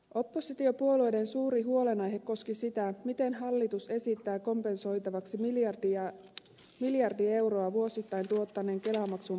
oppositiopuolueiden suuri huolenaihe koski sitä miten hallitus esittää kompensoitavaksi miljardi euroa vuosittain tuottaneen kelamaksun poiston